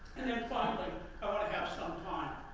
and, then, finally, i want to have some time